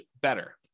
better